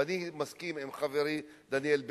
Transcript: ואני מסכים עם חברי דניאל בן-סימון.